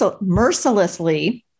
mercilessly